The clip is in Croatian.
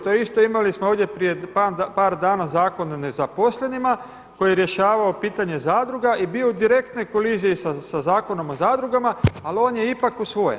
To isto imali smo prije par dana Zakon o nezaposlenima koji je rješavao pitanje zadruga i bio u direktnoj koliziji sa Zakonom o zadrugama ali on je ipak usvojen.